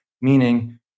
meaning